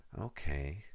Okay